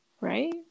right